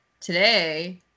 today